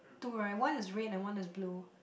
two right one is red and one is blue